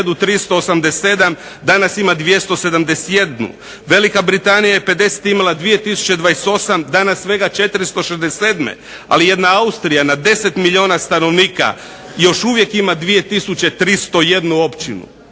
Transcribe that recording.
Danas ima 289. Danska je pedesete imala hiljadu 387. Danas svega 467. Ali jedna Austrija na 10 milijuna stanovnika još uvijek ima 2301 općinu,